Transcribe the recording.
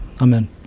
Amen